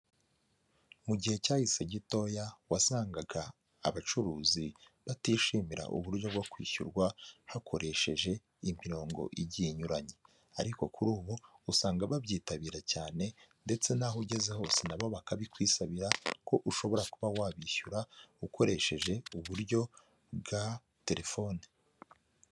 Mu gihe cyahise gitoya wasangaga abacuruzi batishimira uburyo bwo kwishyurwa hakoresheje imirongo igiye inyuranye, ariko kuri ubu usanga babyitabira cyane ndetse n'aho ugeze hose nabo bakabikwisabira ko ushobora kuba wabishyura ukoresheje uburyo bwa telefone.